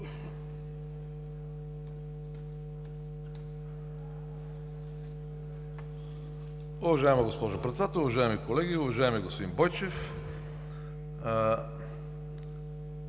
Уважаема госпожо Председател, уважаеми колеги, уважаеми господин Бойчев!